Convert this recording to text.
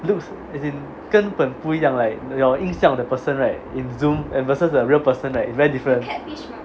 it looks as in 根本不一样 like your 印象 of the person right in zoom and versus the real person is very different